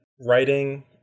writing